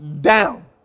down